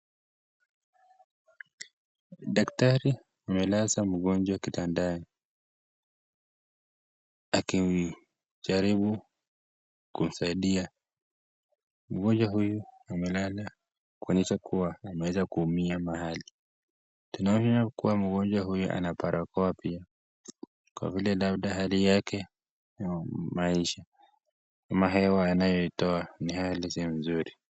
Daktari amelaza mgonjwa kitandani akijaribu kumsaidia. Mgonjwa huyu amelala kuonyesha kuwa ameweza kuumia mahali. Tunaona kuwa mgonjwa huyu ana barakoa pia. Kwa vile labda hali yake ya maisha ama hewa anayoitowa ni hali isiyo nzuri.